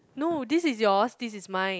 no this is yours this is mine